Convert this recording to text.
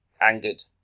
angered